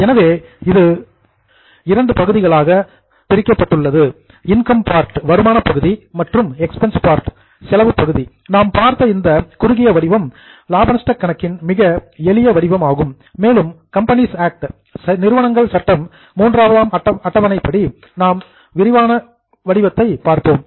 எனவே இது இரண்டு பகுதிகளை கொண்டுள்ளது இன்கம் பார்ட் வருமான பகுதி மற்றும் எக்ஸ்பென்ஸ் பார்ட் செலவு பகுதி ஆகும் நாம் பார்த்த இந்த குறுகிய வடிவம் பி மற்றும் எல் அக்கவுண்ட் லாப நஷ்ட கணக்கின் மிக எளிய வடிவம் ஆகும் மேலும் கம்பனீஸ் ஆக்ட் நிறுவனங்கள் சட்டம் III ஆம் அட்டவணைப்படி நாம் விரிவான வடிவத்தையும் பார்ப்போம்